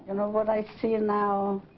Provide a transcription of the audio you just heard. and know what i see now